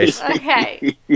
Okay